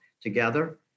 together